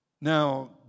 Now